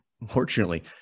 unfortunately